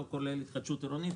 לא כולל התחדשות עירונית,